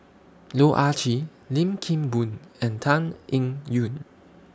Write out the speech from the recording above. Loh Ah Chee Lim Kim Boon and Tan Eng Yoon